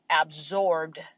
absorbed